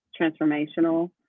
transformational